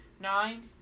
nine